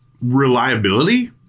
reliability